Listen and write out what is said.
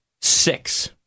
six